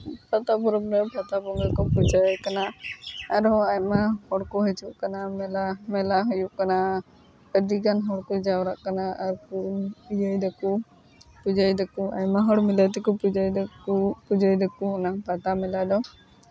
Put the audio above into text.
ᱯᱟᱛᱟ ᱯᱚᱨᱚᱵᱽ ᱨᱮ ᱯᱟᱛᱟ ᱵᱚᱸᱜᱟ ᱠᱚ ᱯᱩᱡᱟᱹ ᱟᱭ ᱠᱟᱱᱟ ᱟᱨᱦᱚᱸ ᱟᱭᱢᱟ ᱦᱚᱲᱠᱚ ᱦᱤᱡᱩᱜ ᱠᱟᱱᱟ ᱢᱮᱞᱟ ᱢᱮᱞᱟ ᱦᱩᱭᱩᱜ ᱠᱟᱱᱟ ᱟᱹᱰᱤᱜᱟᱱ ᱦᱚᱲ ᱠᱚ ᱡᱟᱣᱨᱟᱜ ᱠᱟᱱᱟ ᱟᱨ ᱠᱚ ᱤᱭᱟᱹᱭ ᱫᱟᱠᱚ ᱯᱩᱡᱟᱹᱭ ᱫᱟᱠᱚ ᱟᱭᱢᱟ ᱦᱚᱲ ᱢᱤᱞᱮ ᱛᱮᱠᱚ ᱯᱩᱡᱟᱹᱭ ᱫᱟᱠᱚ ᱚᱱᱟ ᱯᱟᱛᱟ ᱢᱮᱞᱟ ᱫᱚ